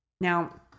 Now